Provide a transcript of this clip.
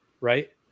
right